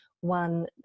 one